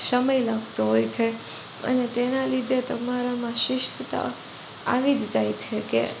સમય લાગતો હોય છે અને તેના લીધે તમારામાં શિસ્તતા આવી જ જાય છે કે